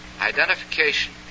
identification